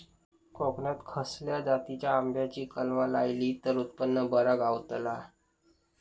कोकणात खसल्या जातीच्या आंब्याची कलमा लायली तर उत्पन बरा गावताला?